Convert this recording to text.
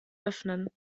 öffnen